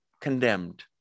condemned